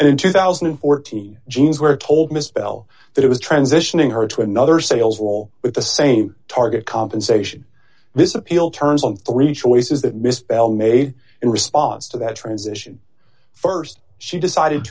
and in two thousand and fourteen jeans were told misspell that it was transitioning her to another sales all with the same d target compensation this appeal turns on three choices that mr l made in response to that transition st she decided